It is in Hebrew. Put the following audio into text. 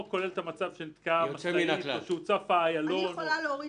הוא לא כולל מצב שנתקעה משאית או שאיילון הוצף אבל את